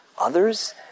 Others